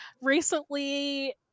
recently